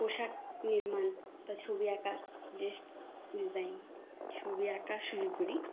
পোশাক নির্মাণ বা ছবি আঁকা ড্রেস ডিজাইন ছবি আঁকা শুরু করি